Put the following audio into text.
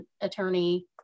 attorney